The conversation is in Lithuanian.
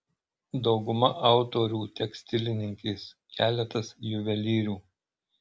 dauguma autorių tekstilininkės keletas juvelyrių